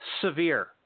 severe